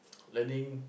learning